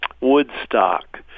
Woodstock